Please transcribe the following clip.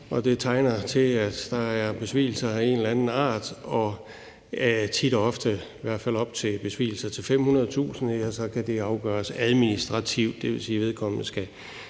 det tegner til, at der er besvigelse af en eller anden art. Tit og ofte, i hvert fald op til besvigelse for 500.000 kr., kan det afgøres administrativt. Det vil sige, at vedkommende ikke